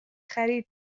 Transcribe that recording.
خرید